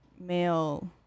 male